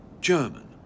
German